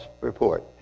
report